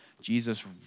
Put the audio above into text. Jesus